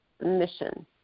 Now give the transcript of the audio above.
mission